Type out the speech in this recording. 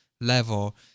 level